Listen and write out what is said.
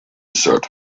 said